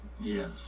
Yes